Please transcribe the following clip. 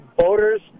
voters